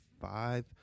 five